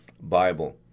Bible